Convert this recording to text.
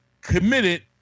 committed